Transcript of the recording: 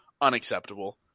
Unacceptable